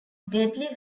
deadly